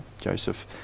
Joseph